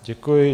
Děkuji.